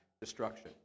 Destruction